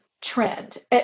trend